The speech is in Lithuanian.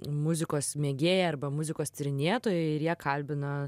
muzikos mėgėjai arba muzikos tyrinėtojai ir jie kalbina